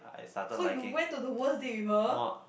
so you went to the worst date with her